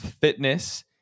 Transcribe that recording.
Fitness